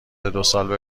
دوسال